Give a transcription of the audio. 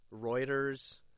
Reuters